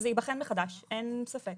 זה ייבחן מחדש, אין ספק.